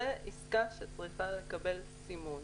זו עסקה שצריכה לקבל סימון.